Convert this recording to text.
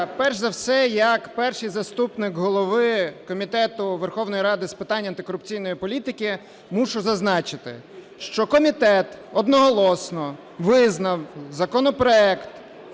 перш за все, як перший заступник голови Комітету Верховної Ради з питань антикорупційної політики, мушу зазначити, що комітет одноголосно визнав законопроект,